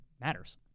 matters